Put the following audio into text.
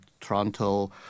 Toronto